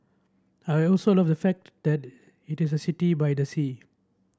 I also love the fact that it is a city by the sea